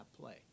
play